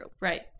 Right